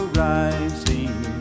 rising